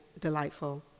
delightful